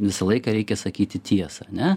visą laiką reikia sakyti tiesą ane